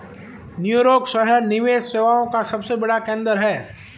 New York शहर निवेश सेवाओं का सबसे बड़ा केंद्र है